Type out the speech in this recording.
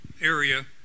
area